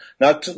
Now